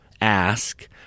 ask